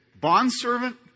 bondservant